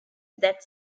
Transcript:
that